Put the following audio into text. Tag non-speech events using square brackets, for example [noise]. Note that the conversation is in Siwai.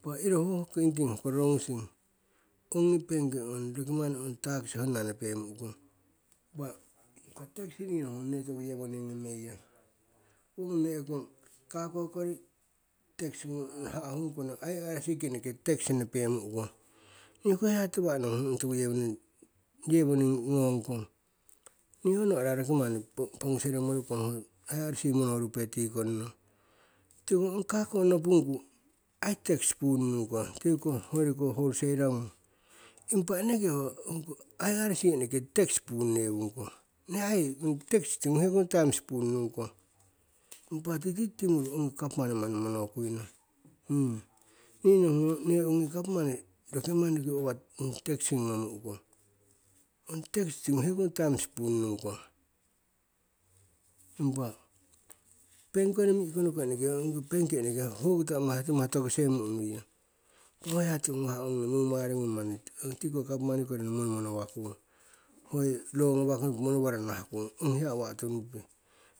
Impa iro ho hoko kingking ho rorongusing ongi benki ong roki manni ong takisi manni honna nepemu'kong. Impa ong ko tax niingi nohungong nee toku yewoning ngomeiyong? Owo neme'kong kako kori tax hahemu'kong, irc ki eneke tax nepemu'kong. Nii hoko tiwa' nohungong ontoku yewoning, yewoning ngongkong? Nii ho no'ra roki manni pongusere morokong, ho irc monorupe tikong nong. Tiko kako nopungku ai ong tax punnung kong tikoh hoyori koh wholesaler ngung. Impa eneke ongko irc eneke tax punnewung kong, nee aii on tax tingu hekongu taims punnung kong. Impa titi timuru ongi gapmani monomono kuino [hesitation] nii nohungung nee ongi gapmani roki manni ova tax ngomu'kong, ong tax tingu hekongu taims punnung kong. Impa bank kori mi'konoko eneke ongi bank eneke hokoto amahtimah tokise mu'nuiyong. Hoko hiya tiwo ngawah ongi mumaringung manni tiki ko gapmani kori manni monomono wakung, hoi law ngawa konopo, monomono wara nahakung ong hiya awa' tunuping.